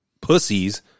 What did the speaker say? pussies